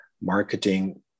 marketing